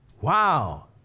Wow